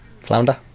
Flounder